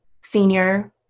senior